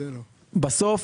בסוף